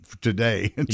today